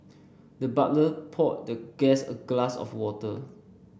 the butler poured the guest a glass of water